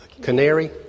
Canary